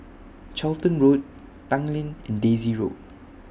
Charlton Road Tanglin and Daisy Road